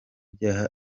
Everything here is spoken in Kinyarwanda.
byaha